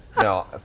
No